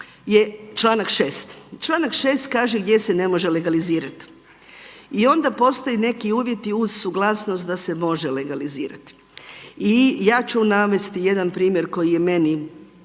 je članak 6. Članak 6. kaže gdje se ne može legalizirat. I onda postoje neki uvjeti uz suglasnost da se može legalizirati. I ja ću navesti jedan primjer koji je meni